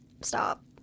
Stop